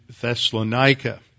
Thessalonica